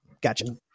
Gotcha